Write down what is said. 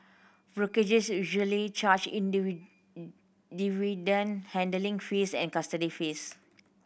brokerage usually charge dividend handling fees and custody fees